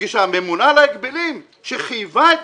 בגלל שהממונה על ההגבלים שחייבה את